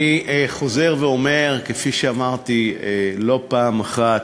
אני חוזר ואומר, כפי שאמרתי לא פעם אחת,